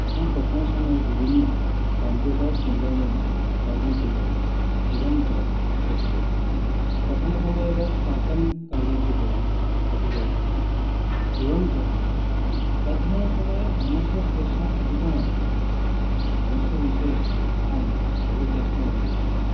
अहं पठनसमये विभिन्न कम्प्यूटर् सेण्टर् मध्ये कार्यं कृतवान् एवञ्च पठितवान् पठनसमये एव पार्ट्टैम् कार्यं कृतवान् पठितवान् एवञ्च अध्ययनसमये धनस्य अपेक्षा अधिकमासीत् धनस्य विषये अहं बहुकष्टम् अनुभूतवान्